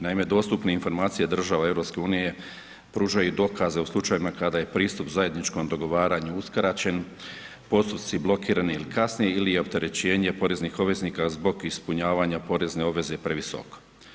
Naime dostupne informacije država EU pružaju i dokaze u slučajevima kad je pristup zajedničkom dogovaranju uskraćen, postupci blokirani ili kasne ili je opterećenje poreznih obveznika zbog ispunjavanja porezne obveze previsok.